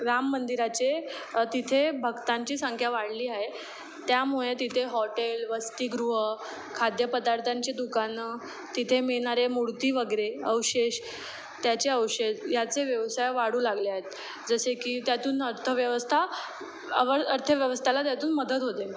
राम मंदिराचे तिथे भक्तांची संख्या वाढली आहे त्यामुळे तिथे हॉटेल वसतीगृह खाद्य पदार्थांचे दुकानं तिथे मिळणारे मूर्ती वगैरे अवशेष त्याचे अवशेष ह्याचे व्यवसाय वाढू लागले आहेत जसे की त्यातून अर्थव्यवस्था अवल अर्थव्यवस्थाला त्यातून मदत होते